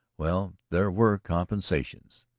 well, there were compensations.